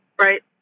right